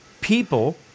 people